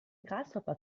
grasshopper